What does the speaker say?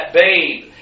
babe